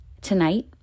tonight